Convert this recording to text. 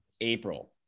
April